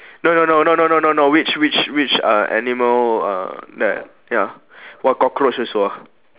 no no no no no no no no which which which uh animal uh that ya what cockroach also ah